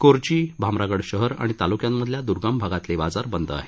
कोरची भामरागड शहर आणि तालुक्यांतल्या दुर्गम भागातले बाजार बंद आहेत